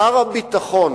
שר הביטחון